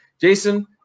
Jason